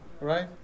Right